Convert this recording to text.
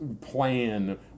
plan